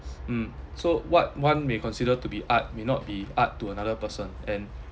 mm so what one may consider to be art may not be art to another person and